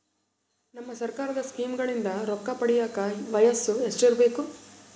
ನಮ್ಮ ಸರ್ಕಾರದ ಸ್ಕೀಮ್ಗಳಿಂದ ರೊಕ್ಕ ಪಡಿಯಕ ವಯಸ್ಸು ಎಷ್ಟಿರಬೇಕು?